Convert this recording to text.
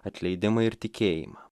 atleidimą ir tikėjimą